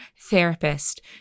therapist